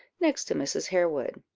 next to mrs. harewood.